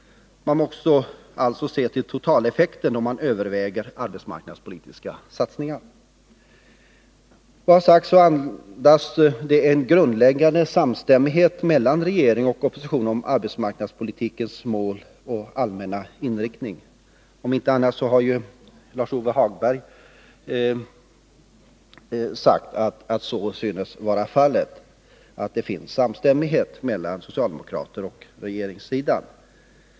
Man måste alltså se till totaleffekten då man överväger arbetsmarknadspolitiska satsningar. Vad som sagts i debatten andas en grundläggande samstämmighet mellan regering och opposition om arbetsmarknadspolitikens mål och allmänna inriktning. Om inte annat har ju Lars-Ove Hagberg sagt att det råder samstämmighet mellan socialdemokraterna och regeringssidan.